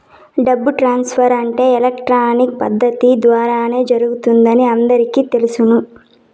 డబ్బు ట్రాన్స్ఫర్ అంటే ఎలక్ట్రానిక్ పద్దతి ద్వారానే జరుగుతుందని అందరికీ తెలుసును